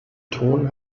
ton